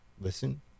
listen